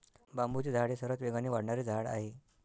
बांबूचे झाड हे सर्वात वेगाने वाढणारे झाड आहे